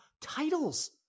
titles